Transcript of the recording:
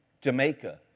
Jamaica